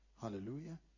Hallelujah